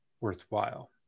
worthwhile